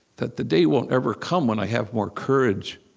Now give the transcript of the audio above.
that the day won't ever come when i have more courage